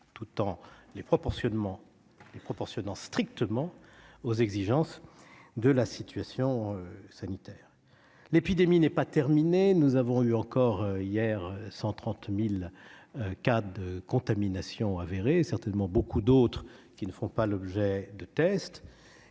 tout en les proportionnant strictement aux exigences de la situation sanitaire. L'épidémie n'est pas terminée. Hier encore, il y a eu 130 000 cas de contamination avérés, et certainement beaucoup d'autres qui n'ont pas fait l'objet de test.